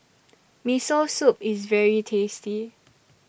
Miso Soup IS very tasty